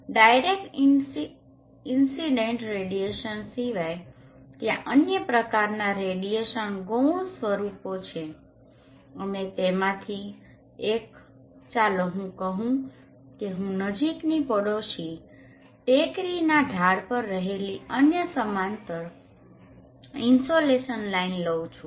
direct incident radiation સિવાય ત્યાં અન્ય પ્રકારનાં રેડીયેશન ગૌણ સ્વરૂપો છે અને તેમાંથી એક ચાલો હું કહું કે હું નજીકની પડોશી ટેકરીના ઢાળ પર રહેલી અન્ય સમાંતર ઇનસોલેશન લાઇન લઉં છું